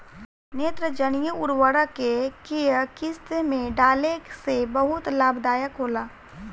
नेत्रजनीय उर्वरक के केय किस्त में डाले से बहुत लाभदायक होला?